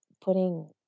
putting